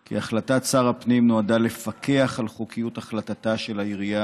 כי "החלטת שר הפנים נועדה לפקח על חוקיות החלטתה של העירייה,